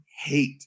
hate